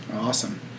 Awesome